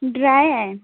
dry आहे